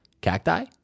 cacti